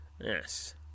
yes